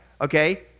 okay